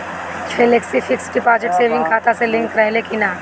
Flexi fix deposit saving खाता से link रहले कि ना?